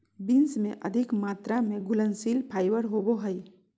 beans में अधिक मात्रा में घुलनशील फाइबर होवो हइ